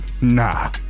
nah